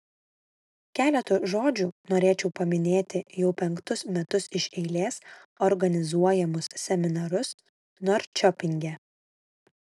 keletu žodžių norėčiau paminėti jau penktus metus iš eilės organizuojamus seminarus norčiopinge